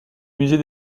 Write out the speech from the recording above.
musée